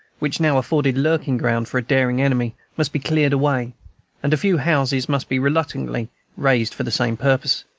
which now afforded lurking-ground for a daring enemy, must be cleared away and a few houses must be reluctantly razed for the same purpose.